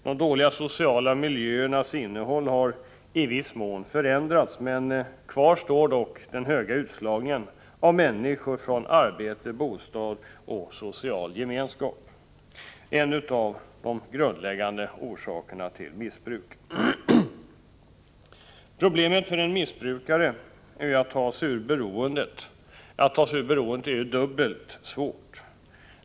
De dåliga sociala miljöernas GG innehåll har i viss mån förändrats, men kvar står den höga utslagningen av människor från arbete, bostad och social gemenskap som en av de grundläggande orsakerna till missbruk. Problemet för missbrukaren att ta sig ur beroendet är så att säga dubbelt.